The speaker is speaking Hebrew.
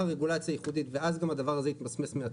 רגולציה ייחודית ואז הדבר הזה גם יתמסמס מעצמו.